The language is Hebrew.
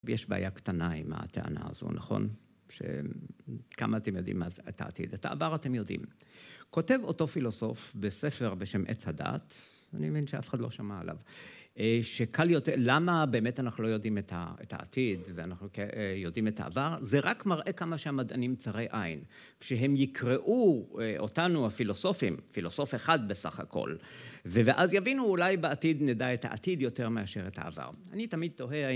יש בעיה קטנה עם הטענה הזו, נכון? כמה אתם יודעים את העתיד, את העבר אתם יודעים. כותב אותו פילוסוף בספר בשם עץ הדעת, אני מבין שאף אחד לא שמע עליו, שקל יותר, למה באמת אנחנו לא יודעים את העתיד ואנחנו יודעים את העבר? זה רק מראה כמה שהמדענים צרי עין. כשהם יקראו אותנו, הפילוסופים, פילוסוף אחד בסך הכל, ואז יבינו אולי בעתיד נדע את העתיד יותר מאשר את העבר. אני תמיד תוהה...